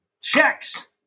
checks